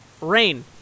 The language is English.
Rain